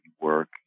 work